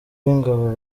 b’ingabo